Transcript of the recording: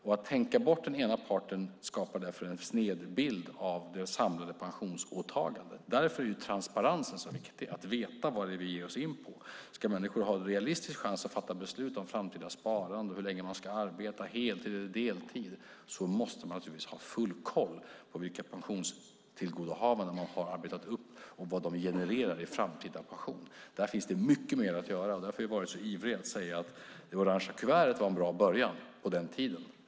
Tänker man bort en part skapar man därför en sned bild av det samlade pensionsåtagandet. Därför är transparensen viktig. Det handlar om att veta vad det är vi ger oss in på. Ska människor ha en realistisk chans att fatta beslut om framtida sparande och hur länge de ska arbeta heltid eller deltid måste de naturligtvis ha full koll på vilka pensionstillgodohavanden de har arbetat upp och vad de genererar i framtida pension. Där finns det mycket mer att göra. Därför har jag varit ivrig att säga att det orangea kuvertet var en bra början, på den tiden.